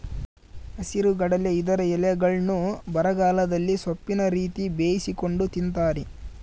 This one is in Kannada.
ಹಸಿರುಗಡಲೆ ಇದರ ಎಲೆಗಳ್ನ್ನು ಬರಗಾಲದಲ್ಲಿ ಸೊಪ್ಪಿನ ರೀತಿ ಬೇಯಿಸಿಕೊಂಡು ತಿಂತಾರೆ